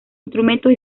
instrumentos